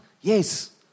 Yes